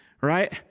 right